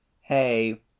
Hey